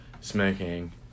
smoking